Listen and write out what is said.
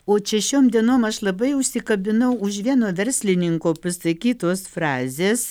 o čia šioms dienom aš labai užsikabinau už vieno verslininko pasakytos frazės